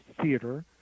theater